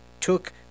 took